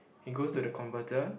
it goes to the converter